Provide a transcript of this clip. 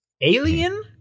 alien